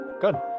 Good